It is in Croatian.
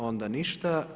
Onda ništa.